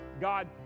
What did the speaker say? God